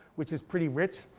which is pretty rich.